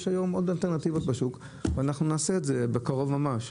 מספיק אלטרנטיבות בשוק ואנחנו נעשה את זה בקרוב ממש.